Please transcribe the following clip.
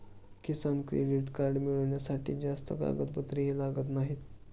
किसान credit card मिळवण्यासाठी जास्त कागदपत्रेही लागत नाहीत